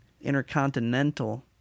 intercontinental